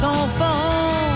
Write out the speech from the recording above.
enfants